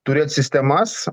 turėt sistemas